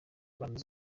rwanda